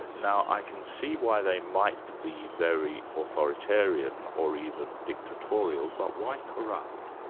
and now i can see why they might be very authoritarian, or even dictatorial, but why corrupt?